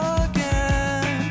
again